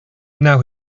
now